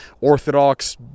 Orthodox